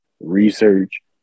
research